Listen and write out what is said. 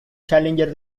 challenger